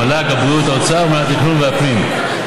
מל"ג, הבריאות, האוצר, מינהל התכנון, והפנים.